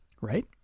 Right